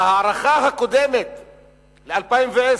ההערכה הקודמת ל-2010,